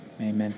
Amen